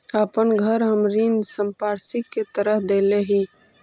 अपन घर हम ऋण संपार्श्विक के तरह देले ही